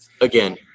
again